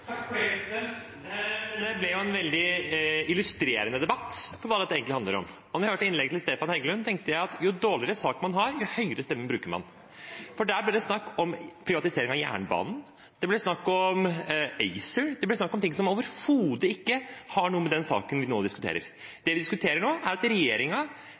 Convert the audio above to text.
ble en veldig illustrerende debatt for hva dette egentlig handler om. Da jeg hørte innlegget til Stefan Heggelund, tenkte jeg at jo dårligere sak man har, jo høyere stemme bruker man. For der ble det snakk om privatisering av jernbanen. Det ble snakk om ACER. Det ble det snakk om ting som overhodet ikke har noe å gjøre med den saken vi nå diskuterer. Det vi diskuterer nå, er at